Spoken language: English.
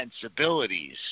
sensibilities